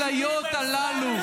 מה עשה גוש קטיף לביטחון מדינת ישראל?